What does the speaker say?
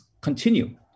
continue